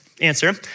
answer